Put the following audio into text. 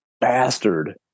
bastard